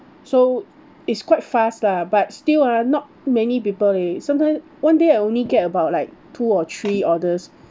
so it's quite fast lah but still ah not many people leh sometimes one day I only get about like two or three orders